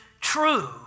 true